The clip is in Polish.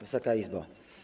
Wysoka Izbo!